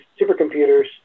supercomputers